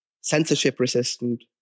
censorship-resistant